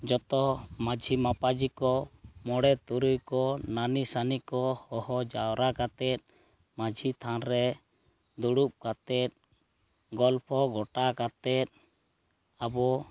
ᱡᱚᱛᱚ ᱢᱟᱺᱡᱷᱤ ᱢᱟᱯᱟᱡᱤ ᱠᱚ ᱢᱚᱬᱮ ᱛᱩᱨᱩᱭ ᱠᱚ ᱱᱟᱹᱱᱤ ᱥᱟᱹᱱᱤ ᱠᱚ ᱦᱚᱦᱚ ᱡᱟᱣᱨᱟ ᱠᱟᱛᱮᱫ ᱢᱟᱺᱡᱷᱤ ᱛᱷᱟᱱᱨᱮ ᱫᱩᱲᱩᱵ ᱠᱟᱛᱮᱫ ᱜᱚᱞᱯᱚ ᱜᱚᱴᱟ ᱠᱟᱛᱮᱫ ᱟᱵᱚ